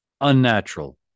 unnatural